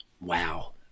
Wow